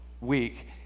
week